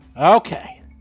Okay